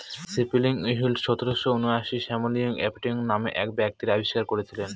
spinning wheel সতেরোশো ঊনআশিতে Samuel Crompton নামে এক ব্যক্তি আবিষ্কার করেছিলেন